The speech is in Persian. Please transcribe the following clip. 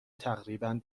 تقریبا